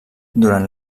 durant